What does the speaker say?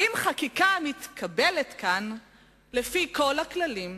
"אם חקיקה המתקבלת כאן לפי כל הכללים,